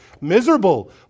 miserable